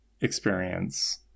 experience